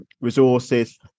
resources